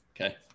Okay